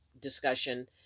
discussion